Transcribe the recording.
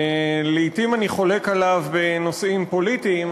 לעתים אני חולק עליו בנושאים פוליטיים,